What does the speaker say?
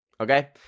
Okay